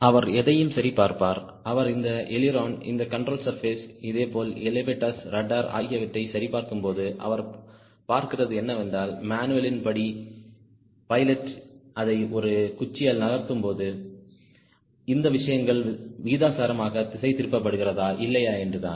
அவர் எதையும் சரி பார்ப்பார் அவர் இந்த அய்லிரோணை இந்த கண்ட்ரோல் சர்பேஸஸ் இதேபோல் எலெவடோர்ஸ் ரட்டர் ஆகியவற்றைச் சரி பார்க்கும்போதுஅவர் பார்க்கிறது என்னவென்றால் மேனுவல் இன் படி பைலட் அதை ஒரு குச்சியால் நகர்த்தும்போது இந்த விஷயங்கள் விகிதாசாரமாக திசைதிருப்பப்படுகிறதா இல்லையா என்று தான்